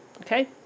okay